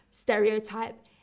stereotype